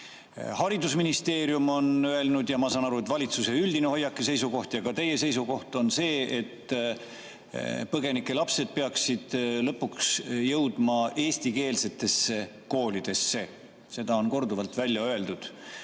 Haridusministeerium on öelnud – ja ma saan aru, et see on valitsuse üldine hoiak ja seisukoht ning ka teie seisukoht –, et põgenike lapsed peaksid lõpuks jõudma eestikeelsetesse koolidesse. Seda on korduvalt öeldud.